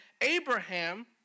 Abraham